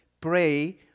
pray